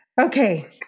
okay